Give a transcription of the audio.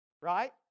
Right